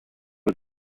was